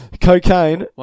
Cocaine